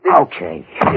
Okay